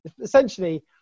essentially